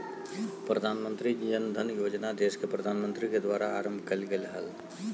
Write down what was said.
प्रधानमंत्री जन धन योजना देश के प्रधानमंत्री के द्वारा आरंभ कइल गेलय हल